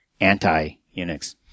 anti-Unix